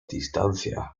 distancias